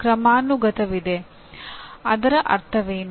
ಅದರ ಅರ್ಥವೇನು